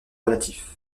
relatif